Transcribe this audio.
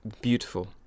beautiful